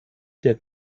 der